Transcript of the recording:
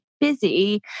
busy